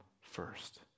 first